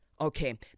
Okay